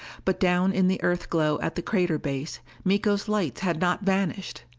but down in the earth glow at the crater base, miko's lights had not vanished!